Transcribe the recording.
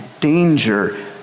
danger